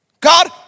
God